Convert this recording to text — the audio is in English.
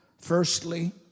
firstly